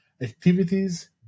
activities